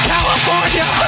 California